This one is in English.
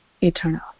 eternal